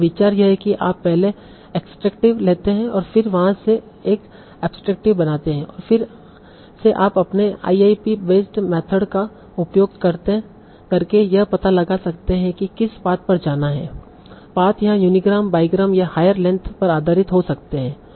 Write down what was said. लेकिन विचार यह है कि आप पहले एक्सट्रेकटिव लेते हैं और फिर वहां से एक एब्सट्रेकटिव बनाते हैं और फिर से आप अपने IIP बेस्ड मेथड का उपयोग करके यह पता लगा सकते हैं कि किस पाथ पर जाना है पाथ यहाँ यूनीग्राम बाईग्राम्स या हायर लेंथ पर आधारित हो सकते हैं